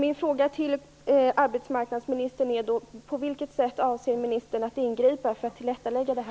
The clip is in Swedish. Min fråga till arbetsmarknadsminister är: På vilket sätt avser ministern att ingripa för tillrättalägga detta?